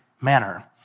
manner